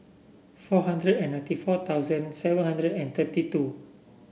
four hundred and ninety four thousand seven hundred and thirty two